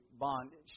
bondage